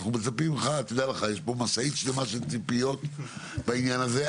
דע לך שיש פה משאית שלמה של ציפיות בעניין הזה,